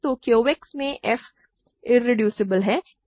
तो Q X में f irreducible है